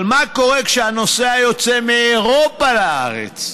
אבל מה קורה כשהנוסע יוצא מאירופה לארץ?